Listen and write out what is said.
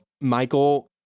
Michael